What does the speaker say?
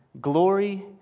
glory